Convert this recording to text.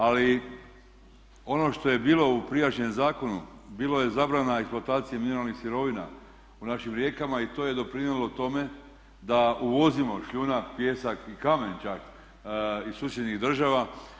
Ali, ono što je bilo u prijašnjem zakonu bilo je zabrana eksploatacije mineralnih sirovina u našim rijekama i to je doprinijelo tome da uvozimo šljunak, pijesak i kamen čak iz susjednih država.